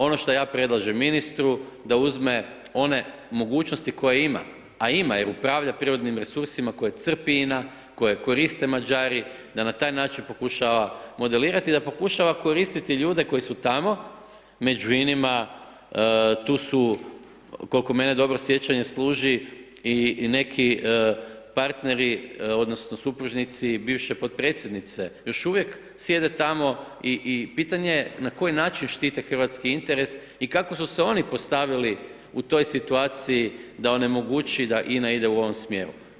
Ono što ja predlažem ministru da uzme one mogućnosti koje ima, a ima jer upravlja prirodnim resursima, koje crpi INA koje koriste Mađari, da na taj način pokušava modelirati, da pokušava koristiti ljude koji su tamo, među INA-ima tu su, koliko mene dobro sjećanje služi i neki partneri, odnosno, supružnici bivše potpredsjednice, još uvijek sjede tamo i pitanje je na koji način štite hrvatski interes i kako su se oni postavili u toj situaciji, da onemogući da INA ide u ovom smjeru.